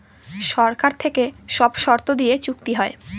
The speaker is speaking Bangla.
সরকার থেকে সব শর্ত দিয়ে চুক্তি হয়